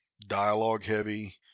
dialogue-heavy